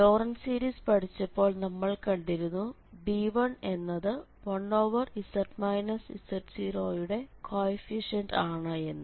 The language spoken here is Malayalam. ലോറന്റ് സീരീസ് പഠിച്ചപ്പോൾ നമ്മൾ കണ്ടിരുന്നു b1 എന്നത് 1z z0 ന്റെ കോയെഫിഷ്യന്റ് ആണ് എന്ന്